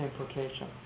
implication